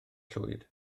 llwyd